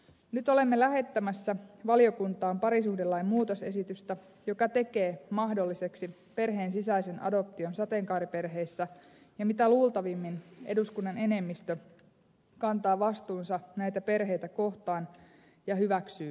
nyt olemme lähettämässä valiokuntaan parisuhdelain muutosesitystä joka tekee mahdolliseksi perheen sisäisen adoption sateenkaariperheissä ja mitä luultavimmin eduskunnan enemmistö kantaa vastuunsa näitä perheitä kohtaan ja hyväksyy tämän lain